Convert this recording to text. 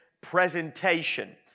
presentation